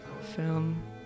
film